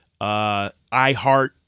iHeart